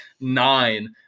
nine